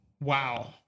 Wow